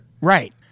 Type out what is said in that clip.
Right